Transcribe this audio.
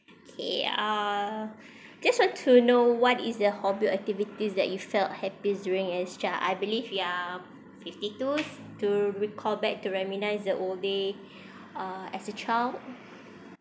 okay uh just want to know what is the hobby or activities that you felt happiest during as child I believe you're fifty two to recall back to reminisce the old day uh as a child